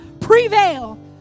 prevail